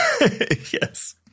Yes